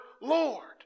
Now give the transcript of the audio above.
Lord